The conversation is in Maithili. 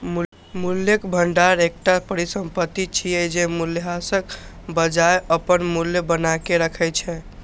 मूल्यक भंडार एकटा परिसंपत्ति छियै, जे मूल्यह्रासक बजाय अपन मूल्य बनाके राखै छै